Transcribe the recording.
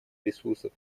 ресурсов